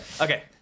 okay